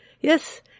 Yes